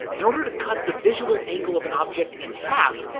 in order to cut the visual angle of an object in half,